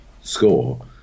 score